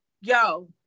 yo